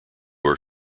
are